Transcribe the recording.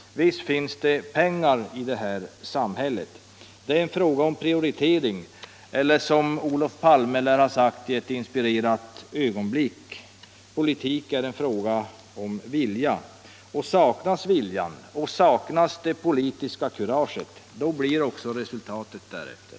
Visst finns det pengar i det här samhället. Det är en fråga om prioritering — eller, som Olof Palme lär ha sagt i ett inspirerat ögonblick: Politik är en fråga om vilja. Saknas viljan och saknas det politiska kuraget, då blir också resultatet därefter.